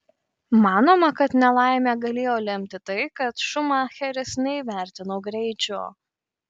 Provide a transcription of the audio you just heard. manoma kad nelaimę galėjo lemti tai kad šumacheris neįvertino greičio